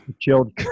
Chilled